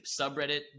subreddit